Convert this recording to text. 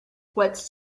what’s